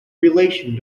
relation